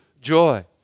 joy